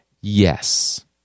yes